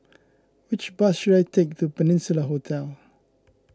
which bus should I take to Peninsula Hotel